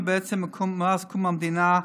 ובעצם מאז קום המדינה,